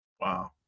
Wow